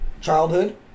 childhood